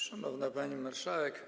Szanowna Pani Marszałek!